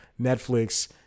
Netflix